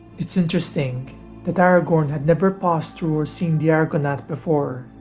it's interesting that aragorn had never passed through or seen the argonath before,